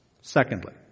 Secondly